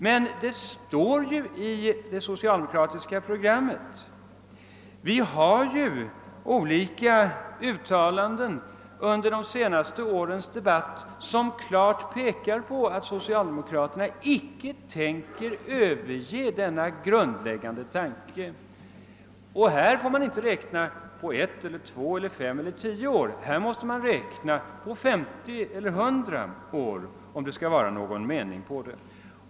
Men det står i det socialdemokratiska programmet, och det har gjorts uttalanden under de senaste årens debatt, som klart visar att socialdemokraterna inte tänker överge den grundläggande tanken på genomförande av republik. Här får man inte räkna med ett, två, fem eller tio år, utan med 50 eller 100 år om det skall vara någon mening med det.